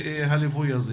בגדה.